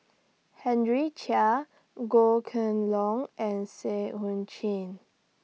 Henry Chia Goh Kheng Long and Seah EU Chin